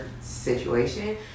situation